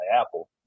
Apple